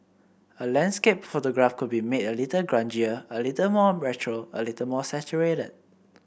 a landscape photograph could be made a little grungier a little more retro a little more saturated